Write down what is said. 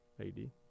AD